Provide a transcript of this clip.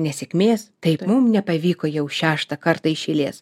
nesėkmės taip mum nepavyko jau šeštą kartą iš eilės